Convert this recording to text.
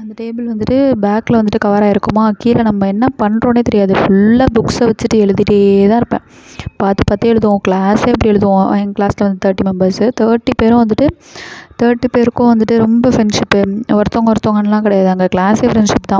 அந்த டேபிள் வந்துட்டு பேக்கில் வந்துட்டு கவர் ஆகிருக்குமா கீழே நம்ம என்ன பண்ணுறோன்னே தெரியாது ஃபுல்லாக புக்ஸை வச்சுட்டு எழுதிகிட்டே தான் இருப்பேன் பார்த்து பார்த்து எழுதுவோம் க்ளாஸே அப்படி எழுதுவோம் எங் க்ளாஸில் வந்து தேர்ட்டி மெம்பர்ஸு தேர்ட்டி பேரும் வந்துட்டு தேர்ட்டி பேருக்கும் வந்துட்டு ரொம்ப ஃப்ரெண்ட்ஷிப்பு ஒருத்தவங்க ஒருந்தவங்கலாம் கிடையாது அந்த க்ளாஸே ஃப்ரண்ட்ஷிப் தான்